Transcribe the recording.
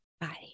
Bye